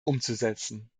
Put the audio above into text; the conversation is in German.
umzusetzen